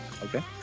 Okay